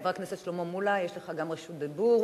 חבר הכנסת שלמה מולה, יש גם לך רשות דיבור.